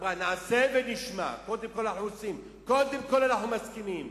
אמרה "נעשה ונשמע": קודם כול אנחנו עושים,